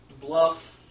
bluff